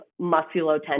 musculotendinous